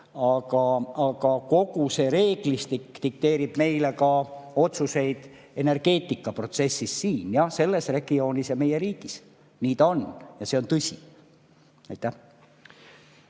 Aga kogu see reeglistik dikteerib meile ka otsuseid energeetikaprotsessis siin, selles regioonis ja meie riigis. Nii ta on. Ja see on tõsi.